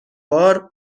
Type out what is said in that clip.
بار